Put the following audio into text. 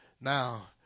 now